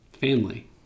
family